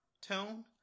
tone